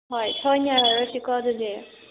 ꯍꯣꯏ ꯁꯣꯏꯅꯔꯔꯣꯏꯁꯤꯀꯣ ꯑꯗꯨꯗꯤ